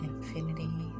Infinity